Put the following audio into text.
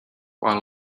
while